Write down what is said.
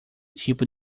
tipo